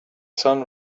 sun